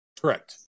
Correct